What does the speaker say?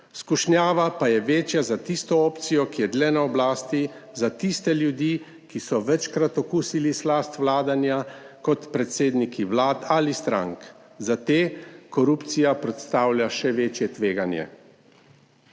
Skušnjava pa je večja za tisto opcijo, ki je dlje na oblasti, za tiste ljudi, ki so večkrat okusili slast vladanja kot predsedniki vlad ali strank. Za te korupcija predstavlja še večje tveganje.